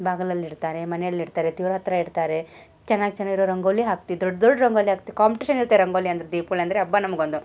ಬಾಗಲಲ್ಲಿ ಇಡ್ತಾರೆ ಮನೆಯಲ್ಲಿ ಇಡ್ತಾರೆ ದೇವ್ರ ಹತ್ತಿರ ಇಡ್ತಾರೆ ಚೆನ್ನಾಗಿ ಚೆನ್ನಾಗಿ ಇರೋ ರಂಗೋಲಿ ಹಾಕ್ತಿ ದೊಡ್ಡ ದೊಡ್ಡ ರಂಗೋಲಿ ಹಾಕ್ತೀವಿ ಕಾಂಪ್ಟೇಷನ್ ಇರುತ್ತೆ ರಂಗೋಲಿ ಅಂದ್ರೆ ದೀಪೊಳಿ ಅಂದರೆ ಹಬ್ಬ ನಮಗೊಂದು